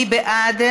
מי בעד?